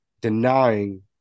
denying